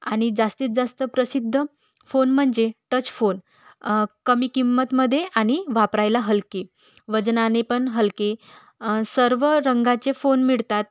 आणि जास्तीत जास्त प्रसिद्ध फोन म्हणजे टच फोन कमी किंमतीमध्ये आणि वापरायला हलके वजनाने पण हलके सर्व रंगाचे फोन मिळतात